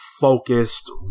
focused